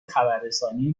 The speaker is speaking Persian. خبررسانی